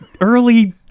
early